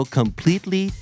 completely